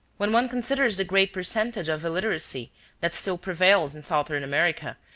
when one considers the great percentage of illiteracy that still prevails in southern america,